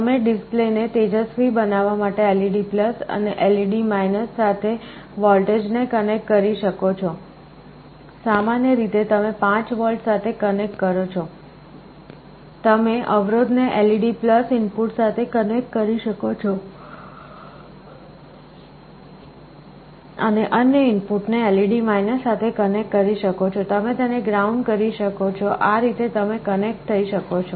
તમે ડિસ્પ્લેને તેજસ્વી બનાવવા માટે LED અને LED સાથે વોલ્ટેજ ને કનેક્ટ કરી શકો છો સામાન્ય રીતે તમે 5V સાથે કનેક્ટ કરો છો તમે અવરોધ ને LED ઇનપુટ સાથે કનેક્ટ કરી શકો છો અને અન્ય ઇનપુટને LED સાથે કનેક્ટ કરી શકો છો તમે તેને ગ્રાઉન્ડ કરી શકો છો આ રીતે તમે કનેક્ટ થઈ શકો છો